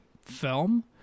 film